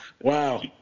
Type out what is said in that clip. Wow